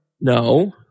No